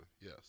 yes